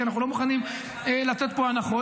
כי אנחנו לא מוכנים לתת פה הנחות.